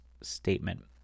statement